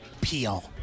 Peel